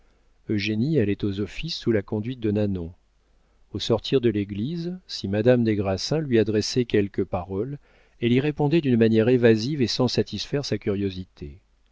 saumur eugénie allait aux offices sous la conduite de nanon au sortir de l'église si madame des grassins lui adressait quelques paroles elle y répondait d'une manière évasive et sans satisfaire sa curiosité